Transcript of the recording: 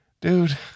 Dude